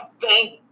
thank